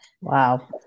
Wow